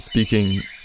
Speaking